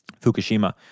Fukushima